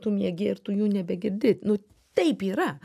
tu miegi ir tu jų nebegirdi nu taip yra